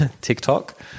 tiktok